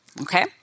Okay